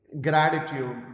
gratitude